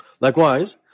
Likewise